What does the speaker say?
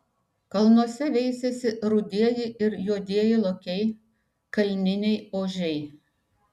kalnuose veisiasi rudieji ir juodieji lokiai kalniniai ožiai